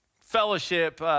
fellowship